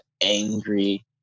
angry